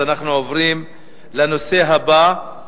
אז אנחנו עוברים לנושא הבא: